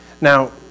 Now